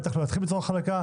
ובטח לא יתחיל בצורה חלקה,